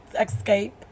escape